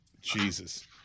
Jesus